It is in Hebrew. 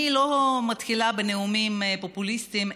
אני לא מתחילה בנאומים פופוליסטיים,